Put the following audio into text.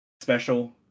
special